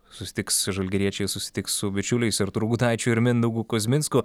susitiks žalgiriečiai susitiks su bičiuliais artūru gudaičiu ir mindaugu kuzminsku